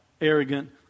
arrogant